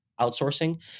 outsourcing